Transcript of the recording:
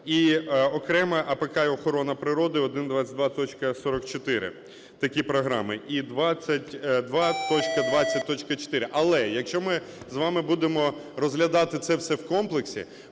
І окремо АПК і охорона природи 122.44, такі програми і 22.20.4. Але, якщо ми з вами будемо розглядати це все в комплексі,